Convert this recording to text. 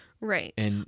Right